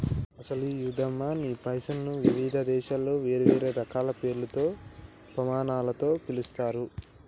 అసలు యాదమ్మ నీ పైసలను వివిధ దేశాలలో వేరువేరు రకాల పేర్లతో పమానాలతో పిలుస్తారు